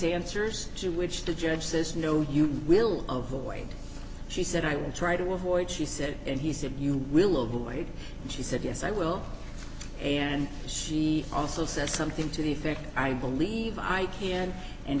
answers to which the judge says no you will of the way she said i will try to avoid she said and he said you will of the way and she said yes i will and she also says something to the effect i believe i can and